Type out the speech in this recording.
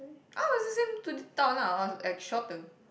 oh this is the same to the town lah or like shorter